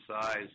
size